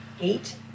eight